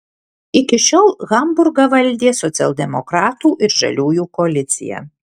iki šiol hamburgą valdė socialdemokratų ir žaliųjų koalicija